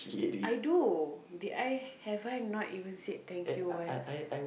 I do did I have I not even said thank you once